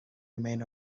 remain